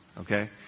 Okay